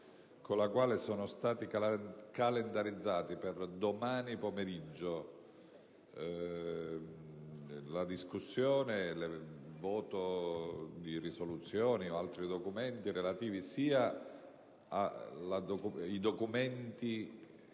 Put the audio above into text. con la quale sono stati calendarizzati per domani pomeriggio la discussione e il voto di proposte di risoluzione o altri documenti relativi alla riforma